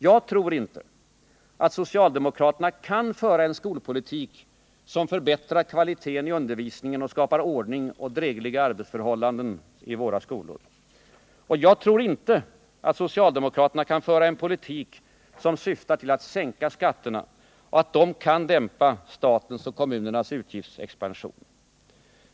Jag tror inte att socialdemokraterna kan föra en skolpolitik som förbättrar kvaliteten i undervisningen och skapar ordning och drägliga arbetsförhållanden i våra skolor. Jag tror inte att socialdemokraterna kan föra en politik som syftar till att sänka skatterna, och jag tror inte att de kan dämpa statens och kommunernas utgiftsexpansion.